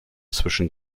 zwischen